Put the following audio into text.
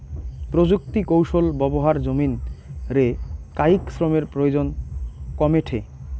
প্রযুক্তিকৌশল ব্যবহার জমিন রে কায়িক শ্রমের প্রয়োজন কমেঠে